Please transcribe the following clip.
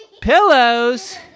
pillows